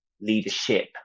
leadership